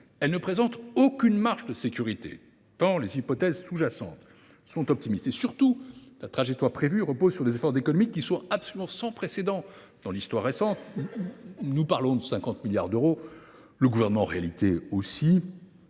Elle ne présente en effet aucune marge de sécurité, tant les hypothèses sous jacentes sont optimistes. Surtout, la trajectoire prévue repose sur des efforts d’économies qui sont absolument sans précédent dans l’histoire récente. Nous parlons ici de 50 milliards d’euros. La LPFP prévoit un